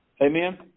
Amen